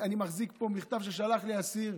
אני מחזיק פה מכתב ששלח לי אסיר,